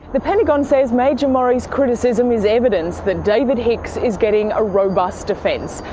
the pentagon says major mori's criticism is evidence that david hicks is getting a robust defence,